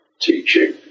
teaching